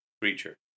creature